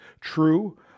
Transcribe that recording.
True